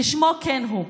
כשמו כן הוא: